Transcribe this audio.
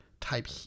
type